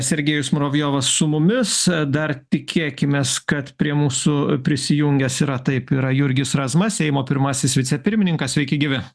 sergejus muravjovas su mumis dar tikėkimės kad prie mūsų prisijungęs yra taip yra jurgis razma seimo pirmasis vicepirmininkas sveiki gyvi